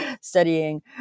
studying